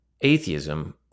atheism